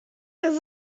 das